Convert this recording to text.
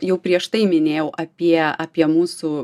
jau prieš tai minėjau apie apie mūsų